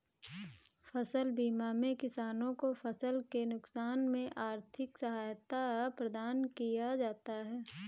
फसल बीमा में किसानों को फसल के नुकसान में आर्थिक सहायता प्रदान किया जाता है